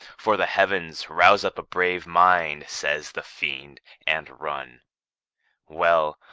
for the heavens, rouse up a brave mind says the fiend and run well,